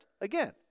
again